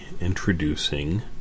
introducing